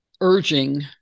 urging